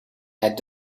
had